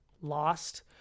Lost